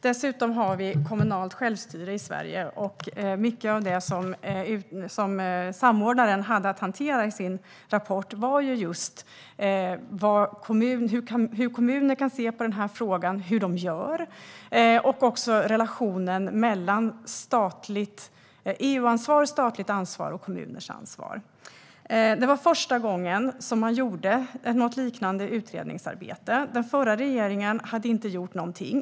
Dessutom har vi kommunalt självstyre i Sverige, och mycket av det som samordnaren hade att hantera i sin rapport var just hur kommuner kan se på den här frågan, hur de gör och även relationen mellan EU-ansvar, statligt ansvar och kommuners ansvar. Det var första gången man gjorde ett sådant utredningsarbete. Den förra regeringen hade inte gjort någonting.